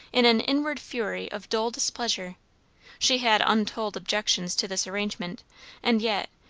in an inward fury of dull displeasure she had untold objections to this arrangement and yet,